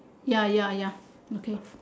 ya ya ya okay